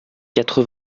quatre